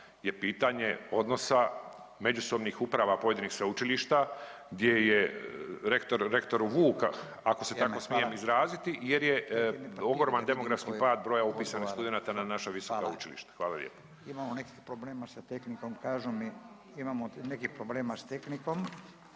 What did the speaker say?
je pitanje odnosa međusobnih uprava pojedinih sveučilišta gdje je rektor Vuk ako se smijem tako smijem izraziti jer je ogroman demografski pad broja upisanih studenata na naša visoka učilišta. …/Upadica